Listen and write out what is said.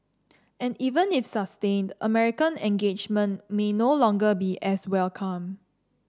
and even if sustained American engagement may no longer be as welcome